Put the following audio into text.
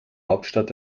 hauptstadt